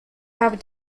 have